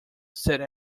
said